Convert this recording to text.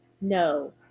No